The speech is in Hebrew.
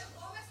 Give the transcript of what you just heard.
יש עוד עומס?